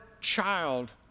child